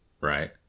Right